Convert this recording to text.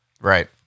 Right